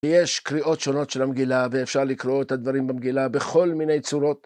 יש קריאות שונות של המגילה ואפשר לקרוא את הדברים במגילה בכל מיני צורות.